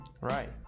right